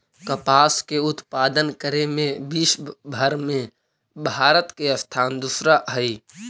कपास के उत्पादन करे में विश्वव भर में भारत के स्थान दूसरा हइ